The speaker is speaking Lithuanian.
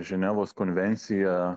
ženevos konvencija